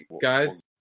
guys